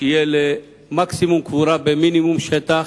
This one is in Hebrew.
שיהיה למקסימום קבורה במינימום שטח,